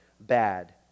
bad